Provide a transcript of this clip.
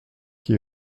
qui